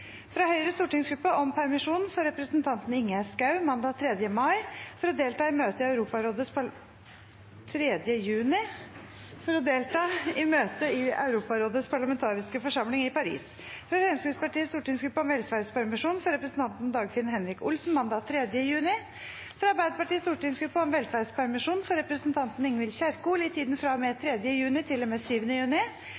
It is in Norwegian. fra Høyres stortingsgruppe om permisjon for representanten Ingjerd Schou mandag 3. juni for å delta i møte i Europarådets parlamentariske forsamling i Paris fra Fremskrittspartiets stortingsgruppe om velferdspermisjon for representanten Dagfinn Henrik Olsen mandag 3. juni fra Arbeiderpartiets stortingsgruppe om velferdspermisjon for representanten Ingvild Kjerkol i tiden